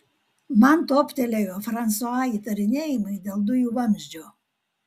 man toptelėjo fransua įtarinėjimai dėl dujų vamzdžio